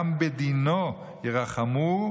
גם בדינו ירחמו,